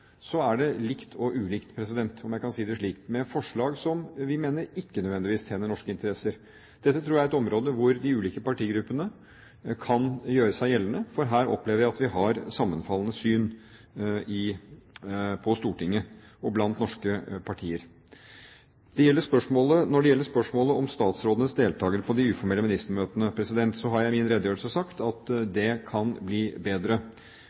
er det likt og ulikt – om jeg kan si det slik – med forslag som vi mener ikke nødvendigvis tjener norske interesser. Dette tror jeg er et område hvor de ulike partigruppene kan gjøre seg gjeldende, for her opplever jeg at vi har sammenfallende syn på Stortinget og i norske partier. Når det gjelder spørsmålet om statsrådenes deltakelse på de uformelle ministermøtene, har jeg i min redegjørelse sagt at det kan bli bedre.